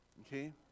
Okay